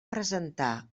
presentar